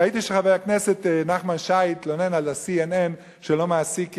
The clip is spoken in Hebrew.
ראיתי שחבר הכנסת נחמן שי התלונן על ה-CNN שלא מעסיק,